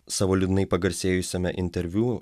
savo liūdnai pagarsėjusiame interviu